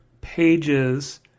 pages